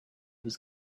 was